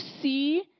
see